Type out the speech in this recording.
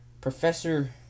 Professor